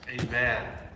amen